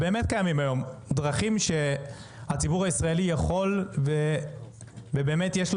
באמת יש היום דרכים שהציבור הישראלי יכול ויש לו